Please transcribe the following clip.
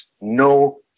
no